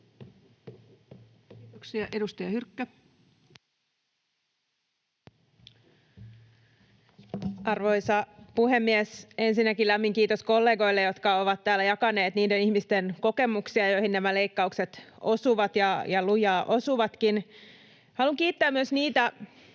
Time: 20:35 Content: Arvoisa puhemies! Ensinnäkin lämmin kiitos kollegoille, jotka ovat täällä jakaneet niiden ihmisten kokemuksia, joihin nämä leikkaukset osuvat, ja lujaa osuvatkin. Haluan kiittää myös niitä